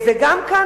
וגם כאן,